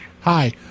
Hi